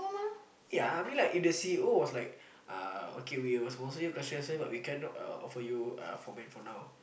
yeah I mean if the C_E_O was like uh okay we will sponsor you class three license but we cannot offer you for men for now